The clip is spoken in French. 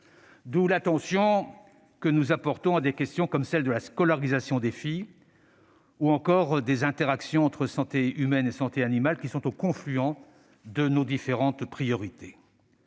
D'où l'attention que nous apportons à des questions comme celles de la scolarisation des filles ou encore des interactions entre santé humaine et santé animale, qui sont au confluent de nos différentes priorités.